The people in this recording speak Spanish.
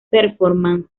performance